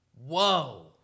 whoa